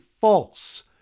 false